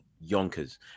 yonkers